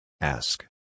Ask